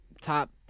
top